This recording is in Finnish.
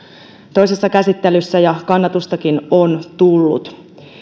toisessa käsittelyssä jätetty ja kannatustakin on tullut